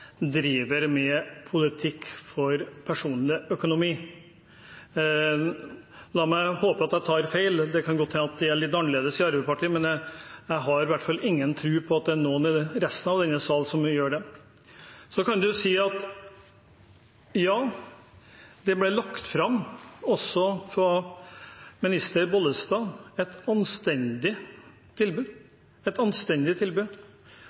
driver med politikk for personlig økonomis skyld. Det kan godt hende at det er litt annerledes i Arbeiderpartiet – la meg håpe at jeg tar feil – men jeg har i hvert fall ingen tro på at det er noen i resten av denne sal som gjør det. Så kan man si at ja, også fra minister Bollestad ble det lagt fram et anstendig tilbud.